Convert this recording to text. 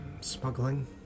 Smuggling